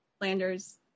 landers